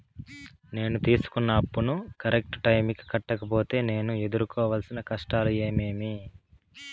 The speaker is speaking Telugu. నేను తీసుకున్న అప్పును కరెక్టు టైముకి కట్టకపోతే నేను ఎదురుకోవాల్సిన కష్టాలు ఏమీమి?